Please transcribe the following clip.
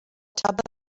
emerald